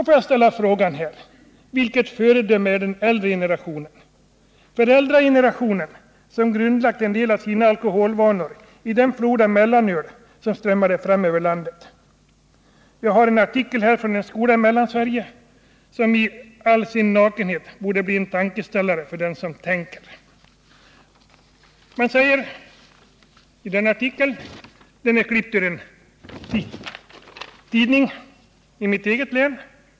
Får jag fråga: Vilket föredöme är den äldre generationen, föräldragenerationen som grundlagt en del av sina alkoholvanor i den flod av mellanöl som strömmade fram över landet? Jag har här en tidningsartikel om en skola i Mellansverige, en artikel som i all sin nakenhet borde bli en tankeställare för den som tänker. Artikeln är klippt ur en tidning i mitt eget län.